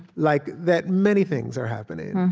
like that many things are happening.